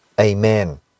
Amen